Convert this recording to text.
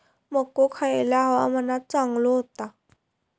मको खयल्या हवामानात चांगलो होता?